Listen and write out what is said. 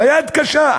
ביד קשה,